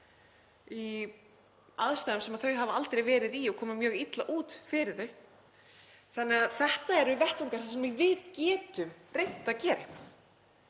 í aðstæðum sem þeir hafa aldrei verið í og koma mjög illa út fyrir þá, þannig að þetta er vettvangur þar sem við getum reynt að gera